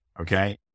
Okay